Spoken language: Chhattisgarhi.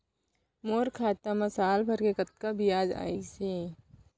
मोर खाता मा साल भर के कतका बियाज अइसे?